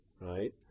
right